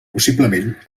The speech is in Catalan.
possiblement